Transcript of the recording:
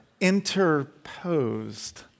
interposed